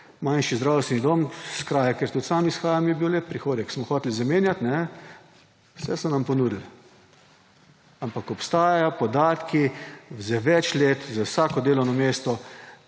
manjši zdravstveni dom. V kraju, iz katerega tudi sam izhajam, je bil lep prihodek. Smo hoteli zamenjati, so nam vse ponudili. Ampak obstajajo podatki za več let za vsako delovno mesto